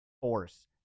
force